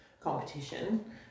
competition